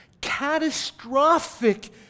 catastrophic